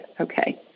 Okay